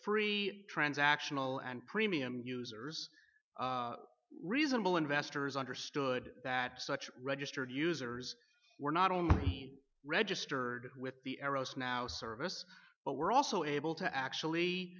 transactional and premium users reasonable investors understood that such registered users were not only registered with the arrows now service but were also able to actually